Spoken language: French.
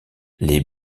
les